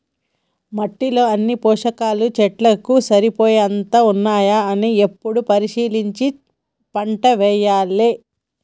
మట్టిలో అన్ని పోషకాలు చెట్లకు సరిపోయేంత ఉన్నాయా అని ఎప్పుడు పరిశీలించి పంటేయాలే